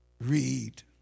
read